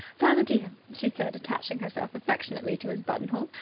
father dear, she said, attaching herself affectionately to his buttonhole,